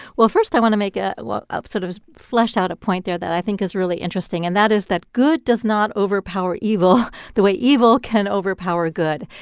well, first i want to make ah ah sort of flesh out a point there that i think is really interesting, and that is that good does not overpower evil the way evil can overpower good.